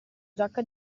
giacca